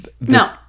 No